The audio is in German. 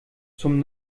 zum